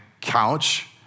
couch